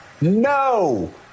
no